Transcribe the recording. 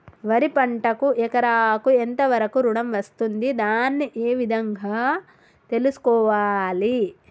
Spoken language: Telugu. వరి పంటకు ఎకరాకు ఎంత వరకు ఋణం వస్తుంది దాన్ని ఏ విధంగా తెలుసుకోవాలి?